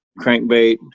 crankbait